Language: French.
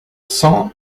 cent